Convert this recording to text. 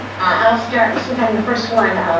i will start since i'm the first one,